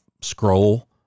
scroll